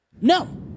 No